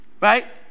Right